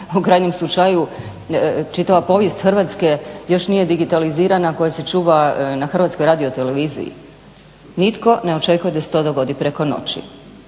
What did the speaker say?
U krajnjem slučaju čitava povijest Hrvatske još nije digitalizirana koja se čuva na Hrvatskoj radioteleviziji. Nitko ne očekuje da se to dogodi preko noći,